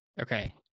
Okay